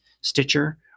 Stitcher